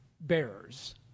bearers